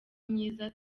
myiza